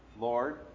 Lord